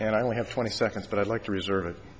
and i only have twenty seconds but i'd like to reserve it